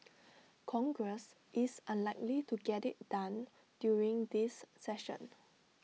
congress is unlikely to get IT done during this session